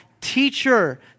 teacher